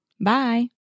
Bye